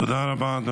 תודה רבה.